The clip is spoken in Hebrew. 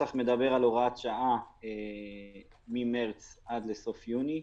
הנוסח מדבר על הוראת שעה ממרץ עד סוף יוני.